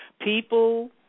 People